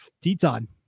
Teton